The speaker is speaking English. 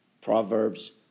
Proverbs